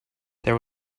there